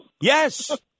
Yes